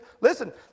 Listen